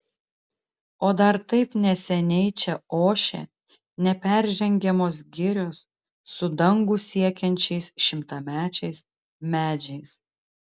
o dar taip neseniai čia ošė neperžengiamos girios su dangų siekiančiais šimtamečiais medžiais